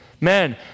man